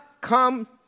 come